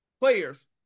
players